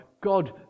God